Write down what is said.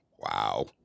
Wow